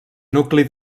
nucli